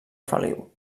feliu